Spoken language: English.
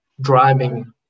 driving